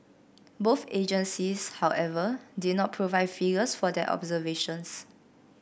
both agencies however did not provide figures for their observations